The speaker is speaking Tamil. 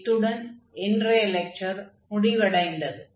இத்துடன் இன்றைய லெக்சர் முடிவடைந்தது